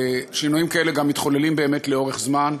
שינויים כאלה גם מתחוללים באמת לאורך זמן,